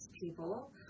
people